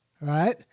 right